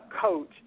coach